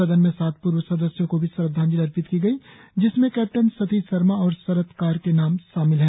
सदन में सात पूर्व सदस्यों को भी श्रद्धांजलि अर्पित की गई जिसमें कैप्टन सतीश शर्मा और शरत कार के नाम शामिल हैं